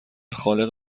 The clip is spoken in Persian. خالق